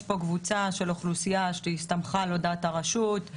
יש פה קבוצה של אוכלוסייה שהסתמכה על הודעת הרשות,